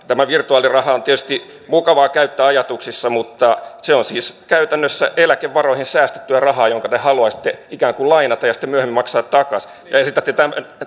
tämä virtuaaliraha on tietysti mukavaa käyttää ajatuksissa mutta se on siis käytännössä eläkevaroihin säästettyä rahaa jonka te haluaisitte ikään kuin lainata ja sitten myöhemmin maksaa takaisin ja esitätte tämän